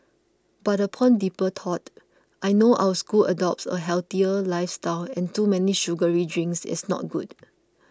but upon deeper thought I know our school adopts a healthier lifestyle and too many sugary drinks is not good